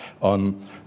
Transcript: on